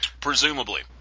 Presumably